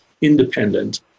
independent